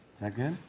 that good?